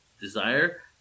desire